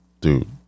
Dude